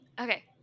Okay